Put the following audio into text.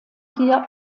hier